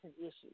issues